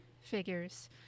figures